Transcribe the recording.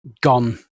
gone